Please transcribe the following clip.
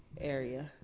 area